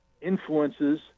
influences